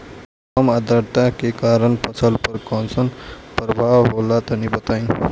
कम आद्रता के कारण फसल पर कैसन प्रभाव होला तनी बताई?